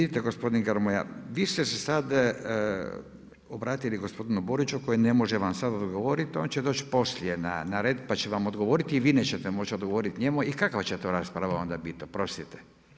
Vidite gospodine Grmoja, vi ste se sad obratili gospodinu Boriću, koji ne može vam sad odgovoriti, on će doći poslije na red, pa će vam odgovoriti i vi nećete moći odgovoriti njemu i kakva će to rasprava onda biti, oprostite?